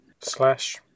slash